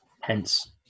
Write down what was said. hence